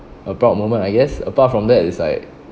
a proud moment I guess apart from that it's like